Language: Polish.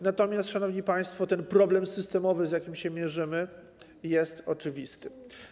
Natomiast, szanowni państwo, ten problem systemowy, z jakim się mierzymy, jest oczywisty.